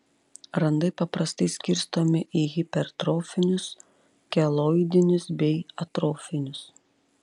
randai paprastai skirstomi į hipertrofinius keloidinius bei atrofinius